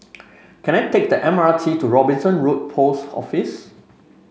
can I take the M R T to Robinson Road Post Office